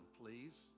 please